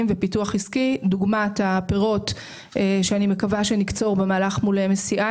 ופיתוח עסקי דוגמת הפירות שאני מקווה שנקצור במהלך מול MSCI